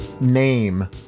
name